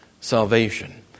salvation